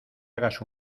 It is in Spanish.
hagas